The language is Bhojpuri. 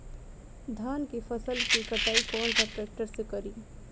धान के फसल के कटाई कौन सा ट्रैक्टर से करी?